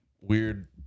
weird